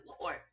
lord